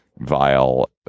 vile